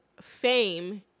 fame